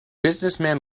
businessman